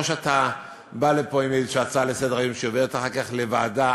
או שאתה בא לפה עם איזו הצעה לסדר-היום שעוברת אחר כך לוועדה.